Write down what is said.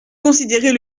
considérez